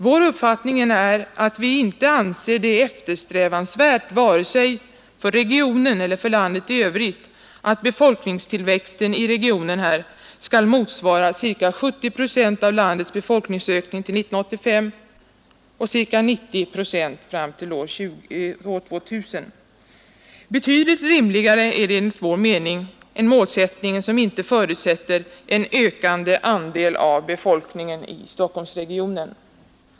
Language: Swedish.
Vår uppfattning är att det inte kan vara eftersträvansvärt vare sig för regionen eller för landet i övrigt att befolkningstillväxten i regionen skall motsvara ca 70 procent av landets befolkningsökning till 1985 och ca 90 procent fram till år 2000. Betydligt rimligare är enligt vår mening en målsättning som inte räknar med en ökande andel av landets befolkning i Stockholmsregionen.